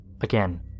Again